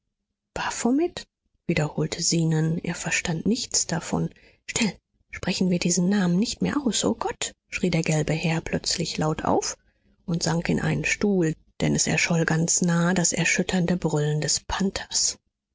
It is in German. baphomet wiederholte zenon er verstand nichts davon still sprechen wir diesen namen nicht mehr aus o gott schrie der gelbe herr plötzlich laut auf und sank in einen stuhl denn es erscholl ganz nah das erschütternde brüllen des panthers